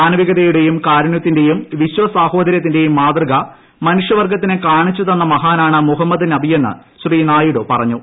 മാനവികതയുടെയും കാരുണ്യത്തിന്റെയും പ്പിശ്ചസാഹോദര്യത്തിന്റെയും മാതൃക മനുഷ്യവർഗ്ഗത്തിന് കാണിച്ചു തന്ന മഹാനാണ് മുഹമ്മദ് നബിയെന്ന് ശ്രീ നായിഡു പറഞ്ഞു